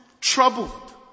troubled